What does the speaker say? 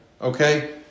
Okay